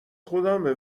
خدامه